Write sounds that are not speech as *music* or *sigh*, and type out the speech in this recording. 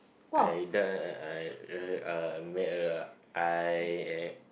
I d~ I err uh *noise* I